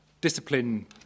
discipline